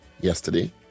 yesterday